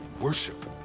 worship